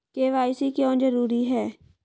KYC क्यों जरूरी है?